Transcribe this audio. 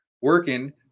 working